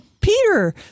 Peter